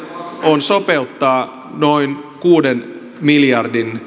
on sopeuttaa noin kuuden miljardin